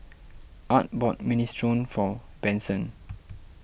Art bought Minestrone for Benson